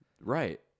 Right